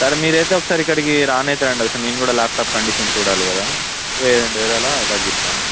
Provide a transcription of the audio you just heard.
సరే మీరు అయితే ఒకసారి ఇక్కడికి రానైతే రండి ఒకసారి నేను కూడా ల్యాప్టాప్ కండిషన్ చూడాలి కదా వెయ్యి రెండువేల అలా తగ్గిస్తాను